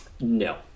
No